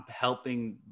helping